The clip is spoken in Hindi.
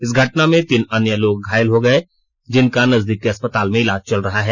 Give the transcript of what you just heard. इस घटना में तीन अन्य लोग घायल हो गए जिनका नजदीक के अस्पताल में इलाज चल रहा है